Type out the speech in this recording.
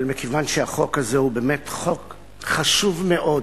אבל מכיוון שהחוק הזה הוא באמת חוק חשוב מאוד